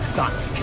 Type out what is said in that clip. Thoughts